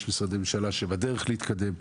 יש משרדי ממשלה שבדרך להתקדם.